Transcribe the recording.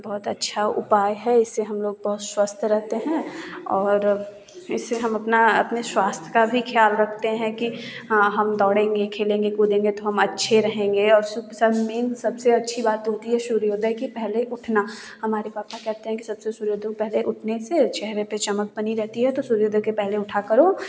बहुत अच्छा उपाय है इससे हम लोग बहुत स्वस्थ रहते हैं और इससे हम अपना अपने स्वास्थ्य का भी ख़्याल रखते हैं कि हाँ हम दौड़ेंगे खेलेंगे कूदेंगे तो हम अच्छे रहेंगे और मेन सबसे अच्छी बात होती है सूर्योदय के पहले उठना हमारे पापा कहते हैं कि सबसे सूर्योदय के पहले उठने से चेहरे पे चमक बनी रहती है तो सूर्योदय के पहले उठा करो